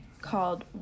called